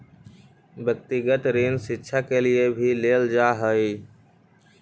व्यक्तिगत ऋण शिक्षा के लिए भी लेल जा हई